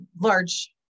large